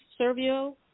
servio